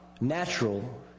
natural